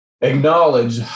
acknowledge